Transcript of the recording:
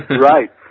Right